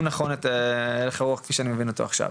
נכון את הלך הרוח כמו שאני מבין אותו עכשיו.